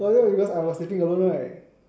probably because I was sitting alone right